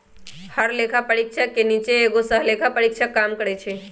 हर लेखा परीक्षक के नीचे एगो सहलेखा परीक्षक काम करई छई